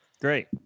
Great